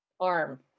arm